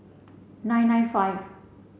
nine nine five